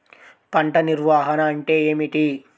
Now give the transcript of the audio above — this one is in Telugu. పంట నిర్వాహణ అంటే ఏమిటి?